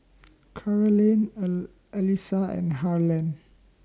Carolann Allyssa and Harland